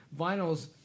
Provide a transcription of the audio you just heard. Vinyls